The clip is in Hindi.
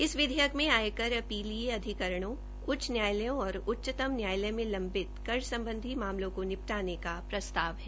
इस विधेयक मे आयकर अपीलीय अधिकरणों उच्च न्यायालयों और उच्चच न्यायालय में लंम्बित पड़े कर विवादों को निपटने का प्रस्ताव है